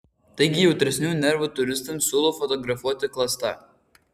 taigi jautresnių nervų turistams siūlau fotografuoti klasta